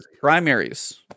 Primaries